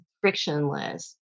frictionless